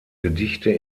gedichte